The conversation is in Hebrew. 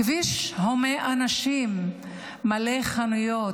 כביש הומה אנשים, מלא חנויות,